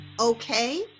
okay